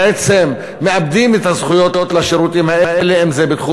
בעצם מאבדים את הזכויות לשירותים האלה אם בתחום